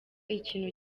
ikintu